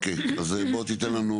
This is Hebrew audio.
תן לנו